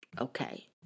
Okay